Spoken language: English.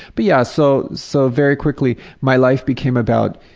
but yeah so so very quickly my life became about,